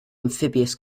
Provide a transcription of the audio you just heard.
amphibious